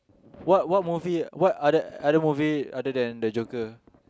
what what movie what other other movie other than the joker